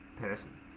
person